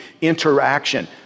interaction